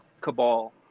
cabal